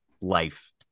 life